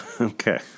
okay